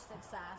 success